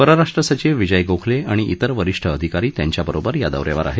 परराष्ट्र सचिव विजय गोखले आणि त्विर वरिष्ठ अधिकारी त्यांच्याबरोबर या दौ यावर आहेत